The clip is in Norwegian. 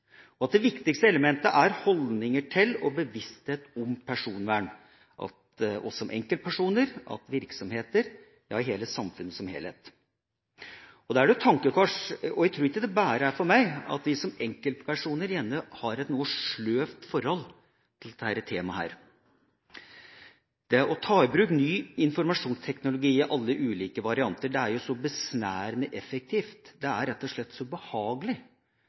Det viktigste elementet er holdninger til og bevissthet om personvern hos enkeltpersoner, virksomheter og hele samfunnet som helhet. Det er da et tankekors, og jeg tror ikke det er det bare for meg, at vi som enkeltpersoner gjerne har et noe sløvt forhold til dette temaet. Det å ta i bruk ny informasjonsteknologi i alle ulike varianter er så besnærende effektivt, det er rett og slett så behagelig